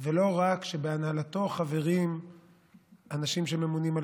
ולא רק שבהנהלתו חברים אנשים שממונים על